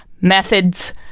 methods